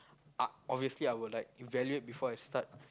ah obviously I would like evaluate before I start